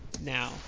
now